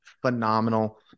phenomenal